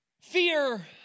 fear